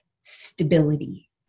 stability